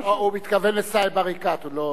הוא מתכוון לסאיב עריקאת, הוא לא,